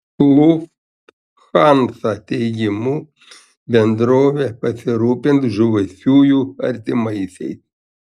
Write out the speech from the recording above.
lufthansa teigimu bendrovė pasirūpins žuvusiųjų artimaisiais